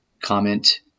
comment